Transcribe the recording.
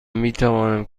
میتوانم